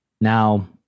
now